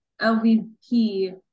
LVP